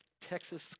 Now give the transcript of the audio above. Texas